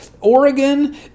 Oregon